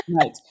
Right